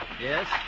Yes